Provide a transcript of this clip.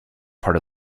part